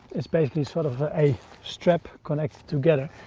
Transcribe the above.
it's basically sort of a strap connected together,